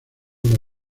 una